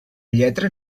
lletra